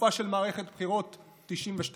בתקופה של מערכת הבחירות 1992,